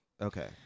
Okay